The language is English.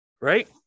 Right